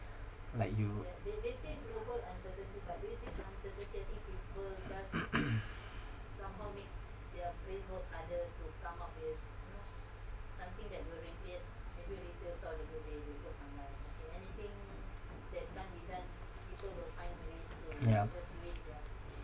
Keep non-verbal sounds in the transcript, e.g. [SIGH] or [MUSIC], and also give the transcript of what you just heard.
like you [COUGHS] ya